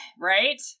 Right